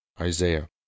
Isaiah